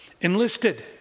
Enlisted